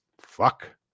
Fuck